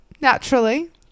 Naturally